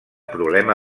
problema